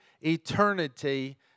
eternity